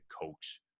coach